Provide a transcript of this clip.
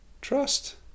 trust